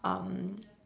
um